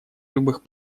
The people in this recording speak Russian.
любых